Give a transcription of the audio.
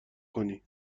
کنی